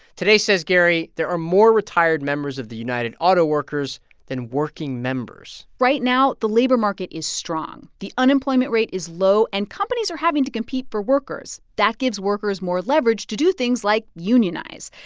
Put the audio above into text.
today, says gary, there are more retired members of the united auto workers than working members right now, the labor market is strong. the unemployment rate is low, and companies are having to compete for workers. that gives workers more leverage to do things like unionize.